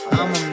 I'ma